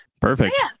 Perfect